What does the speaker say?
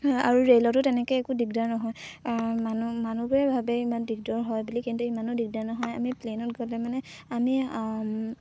আৰু ৰে'লতো তেনেকৈ একো দিগদাৰ নহয় মানুহ মানুহবোৰে ভাবে ইমান দিগদাৰ হয় বুলি কিন্তু ইমানো দিগদাৰ নহয় আমি প্লেইনত গ'লে মানে আমি